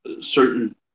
certain